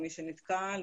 מי שנתקל,